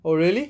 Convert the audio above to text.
oh really